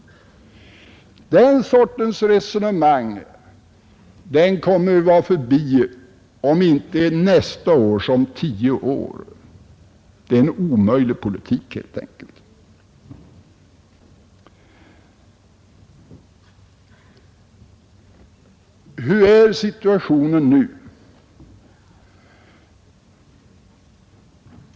Den sortens resonemang kommer vi att vara förbi om inte nästa år så om tio år. Det är helt enkelt en omöjlig politik. Hurudan är situationen nu?